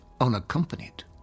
unaccompanied